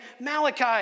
Malachi